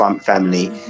family